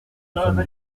soixante